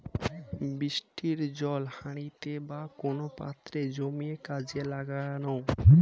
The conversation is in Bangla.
বৃষ্টির জল হাঁড়িতে বা কোন পাত্রে জমিয়ে কাজে লাগানো